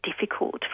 difficult